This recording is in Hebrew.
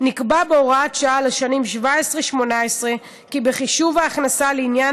נקבע בהוראת שעה לשנים 2017 2018 כי בחישוב ההכנסה לעניין